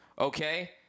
okay